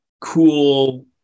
cool